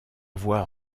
voix